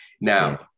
Now